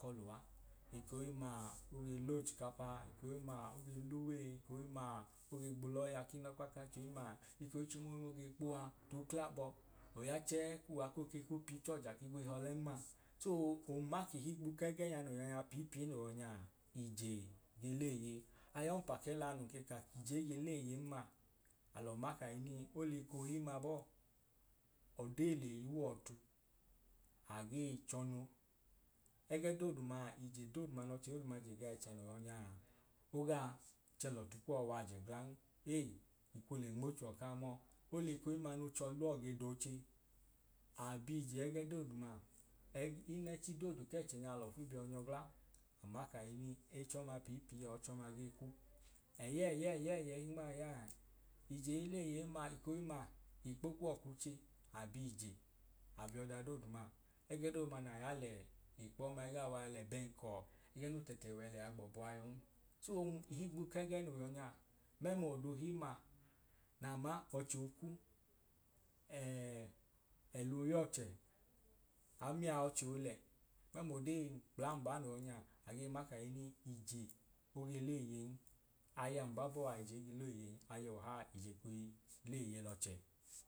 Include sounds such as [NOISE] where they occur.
Kọ luwa ek'ohimmaa oge l'ochikapa ek'ohimmaa oge l'uwe, ek'ohimmaa oge gb'ulọya k'inọkpa k'achohimmaa [UNINTELLIGIBLE] oge kpuwa t'uklabọ oya chẹẹ kuwa ko ke ku pi ichọja k'igbihọle mma, so mma ko higbu kẹ gẹ nya no yọ nya pii pii no yọ nya, ije ge leeye. ay'ọmpa kẹla nun ke ka k'ije ige leeye mma alọ ma kahinii ol'ekohimma bọọ odee le yuọ ọtu agee chọnu ẹgẹ dooduma ije dooduma nọ chẹ dooduma je gaa ẹchẹ no yọ nyaa, ogaa chẹ l'ọtu kuwọ w'ajẹ gan. Ei, ikwu le nmo chuọ kaa mọọ ol'ekohimma n'ọchọluwọ ge d'oche abiije ẹgẹ dooduma ẹ inẹchi doodu k'ẹchẹ a alọfu biọ nyọ gla mma kahinii ẹchi ọma pii pii a ọchọma gee kwu. ẹyẹyẹyẹi humai yaẹẹ. Ije ileeyem ma ikpo k'uwọ ku che a biije a biọ dadooduma ẹgẹ dooduma na ya lẹ ikpo ọma iga wa lẹbẹn kọọ ẹgẹ no tẹtẹ wẹ lẹya gbọọbuan. so ihigbu kẹ gẹ no yọ nya, mẹmlọ do himma naa ma, ọchẹ okwu [HESITATION] elọọ y'ọọchẹ amia ọchẹ ole mẹmlo dee kpla mba no yọ nyaa agee ma kahinii ije oge leeyen, aya mba bọọa ije ige leeyen aya ọhaa ije kei leeye l'ọchẹ